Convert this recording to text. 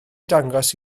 dangos